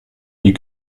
die